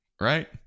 right